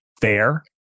fair